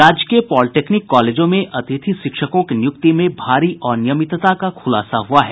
राजकीय पॉलिटेक्निक कॉलेजों में अतिथि शिक्षकों की नियुक्ति में भारी अनियमितता का खुलासा हुआ है